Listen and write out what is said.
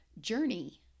journey